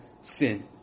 sin